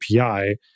API